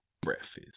breakfast